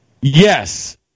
Yes